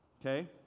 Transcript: Okay